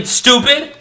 stupid